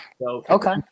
Okay